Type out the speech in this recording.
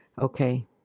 okay